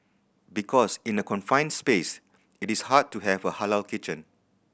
because in a confined space it is hard to have a halal kitchen